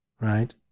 right